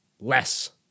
less